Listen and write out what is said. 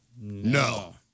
No